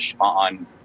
on